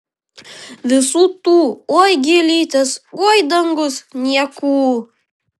visų tų oi gėlytės oi dangus niekų